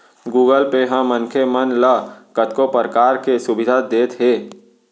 Google Pay ह मनखे मन ल कतको परकार के सुभीता देत हे